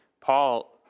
Paul